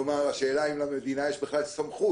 כלומר, השאלה אם למדינה יש בכלל סמכות